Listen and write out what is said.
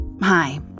Hi